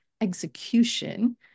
Execution